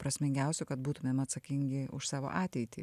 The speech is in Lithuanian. prasmingiausių kad būtumėm atsakingi už savo ateitį